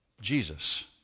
Jesus